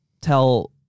tell